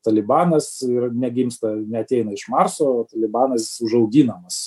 talibanas ir negimsta neateina iš marso o talibanas užauginamas